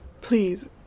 Please